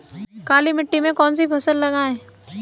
काली मिट्टी में कौन सी फसल लगाएँ?